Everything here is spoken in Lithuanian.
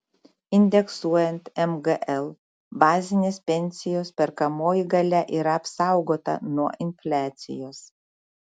indeksuojant mgl bazinės pensijos perkamoji galia yra apsaugota nuo infliacijos